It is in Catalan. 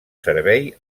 servei